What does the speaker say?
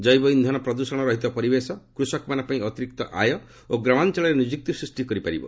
ଜୈବ୍ୟ ଇନ୍ଧନ ପ୍ରଦୃଷଣ ରହିତ ପରିବେଶ କୁଷକମାନଙ୍କ ପାଇଁ ଅତିରିକ୍ତ ଆୟ ଓ ଗ୍ରାମାଞ୍ଚଳରେ ନିଯୁକ୍ତି ସୃଷ୍ଟିରେ କରିପାରିବ